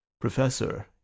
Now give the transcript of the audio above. Professor